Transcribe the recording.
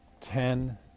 ten